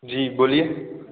जी बोलिये